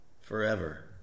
forever